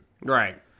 Right